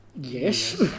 Yes